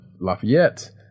Lafayette